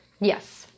Yes